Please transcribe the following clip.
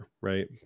right